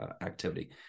activity